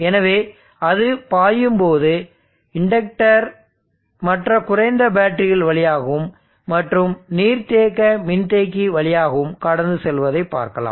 எனவே அது பாயும் போது இண்டக்டர் மற்ற குறைந்த பேட்டரிகள் வழியாகவும் மற்றும் நீர்த்தேக்க மின்தேக்கி வழியாகவும் கடந்து செல்வதைப் பார்க்கலாம்